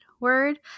word